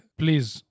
please